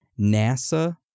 NASA